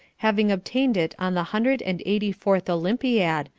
having obtained it on the hundred and eighty-fourth olympiad,